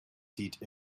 seat